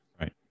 Right